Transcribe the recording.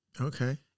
Okay